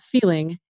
feeling